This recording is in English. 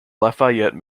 lafayette